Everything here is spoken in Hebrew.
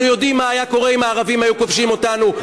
אנחנו יודעים מה היה קורה אם הערבים היו כובשים אותנו.